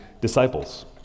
disciples